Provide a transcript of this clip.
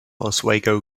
oswego